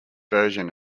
version